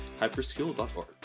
hyperskill.org